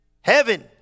Heaven